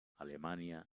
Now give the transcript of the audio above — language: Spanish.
alemania